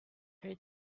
her